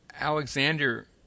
Alexander